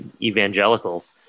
evangelicals